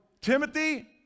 Timothy